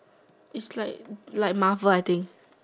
is like like Marvel I think